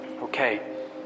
Okay